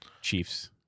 Chiefs